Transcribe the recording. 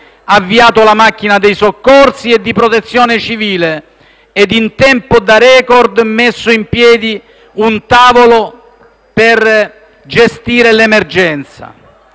avviato la macchina dei soccorsi e di protezione civile e in tempo da record messo in piedi un tavolo per gestire l'emergenza.